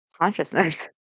consciousness